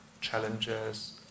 challenges